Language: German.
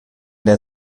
der